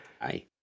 Hi